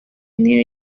niyo